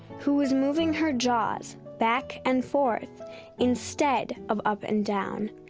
who is moving her jaws back and forth instead of up and down,